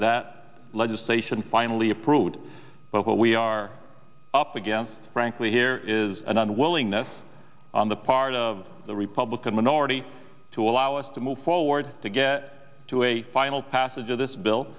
that legislation finally a prude but we are up against frankly here is an unwillingness on the part of the republican minority to allow us to move forward to get to a final passage of this bill